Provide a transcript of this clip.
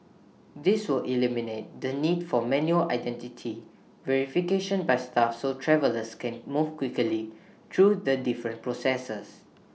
this will eliminate the need for manual identity verification by staff so travellers can move quickly through the different processors